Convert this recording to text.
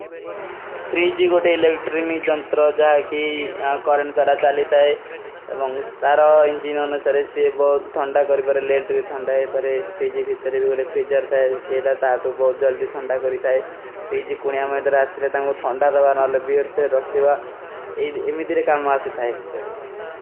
ଫ୍ରୀଜୀ କୋଟେ ସ୍ଵାଗତ ଜନ୍ତରୋଂ ଜହାଂକୀ କରଂତ ତରା ଚାଲୀ ତାଈ ଏବାଂଗ ଇଂଜୀନ ଅନୁସରେ ଶେ ଭୋଧ ଧନ୍ଡା କରୀ ପର ଲେଟରୀ ଧନ୍ଡା ହୈ। ପରେ ଫ୍ରୀଜୀ ଭୀତରୀ ଭୀଗୋଡେ ଫ୍ରୀଜର ଥାଈ, ଶେଲା ତାଥୋ ବୋଧ ଜଲ୍ଦୀ। ଧନ୍ଡା କରୀ ତାଈ ଫ୍ରୀଜ କୁଣିଯା ମେଂ ଅଚ୍ଛେଲେ ତାଂଗୋ ଥୌନ୍ଡା ଦବା ନାଲ ବୀଵର ଫେର ରୋଖେବା ଇମୀ ଦେରେ କାମ ଆସେ ଥାଈ।